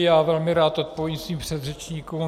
Já velmi rád odpovím svým předřečníkům.